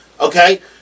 Okay